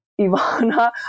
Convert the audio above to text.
Ivana